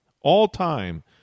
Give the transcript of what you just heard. all-time